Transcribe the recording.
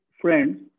friends